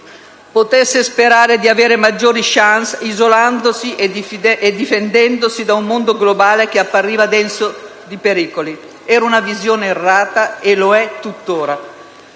potesse sperare di avere maggiori *chance* isolandosi e difendendosi che da un mondo globale che appariva denso di pericoli. Era una visione errata e lo è tutt'ora.